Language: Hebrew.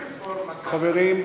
תודה,